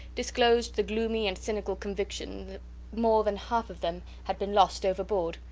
disclosed the gloomy and cynical conviction that more than half of them had been lost overboard,